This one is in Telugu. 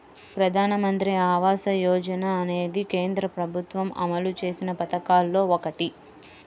ప్రధానమంత్రి ఆవాస యోజన అనేది కేంద్ర ప్రభుత్వం అమలు చేసిన పథకాల్లో ఒకటి